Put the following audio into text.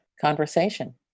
conversation